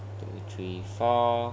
two three four